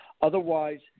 Otherwise